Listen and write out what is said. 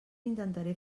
intentaré